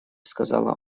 сказала